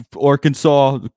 Arkansas